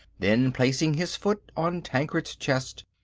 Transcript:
then placing his foot on tancred's chest,